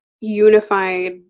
unified